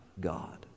God